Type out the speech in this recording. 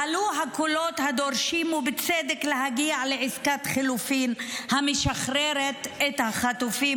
עלו הקולות הדורשים ובצדק להגיע לעסקת חילופין המשחררת את החטופים,